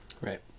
Right